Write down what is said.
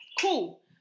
cool